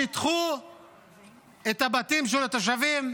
שיטחו את הבתים של התושבים,